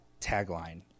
tagline